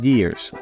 Years